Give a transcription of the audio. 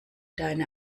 deine